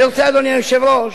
אני רוצה, אדוני היושב-ראש,